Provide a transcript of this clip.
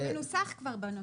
זה מנוסח כבר בנוסח.